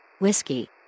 Whiskey